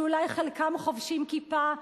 שאולי חלקם חובשים כיפה,